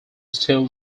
still